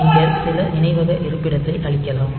நீங்கள் சில நினைவக இருப்பிடத்தை அழிக்கலாம்